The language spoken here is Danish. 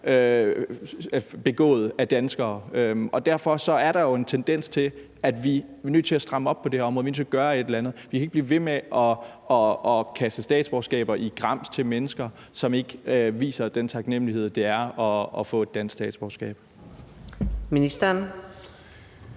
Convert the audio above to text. begået af danskere. Derfor er der jo en tendens; vi er nødt til at stramme op på det her område. Vi er nødt til at gøre et eller andet. Vi kan ikke blive ved med at kaste statsborgerskaber i grams til mennesker, som ikke viser den taknemlighed for den gave, som det er at få et dansk statsborgerskab. Kl.